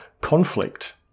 conflict